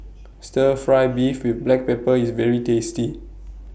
Stir Fry Beef with Black Pepper IS very tasty